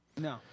No